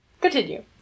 Continue